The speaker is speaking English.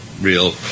real